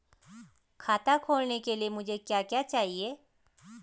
खाता खोलने के लिए मुझे क्या क्या चाहिए?